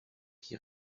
qui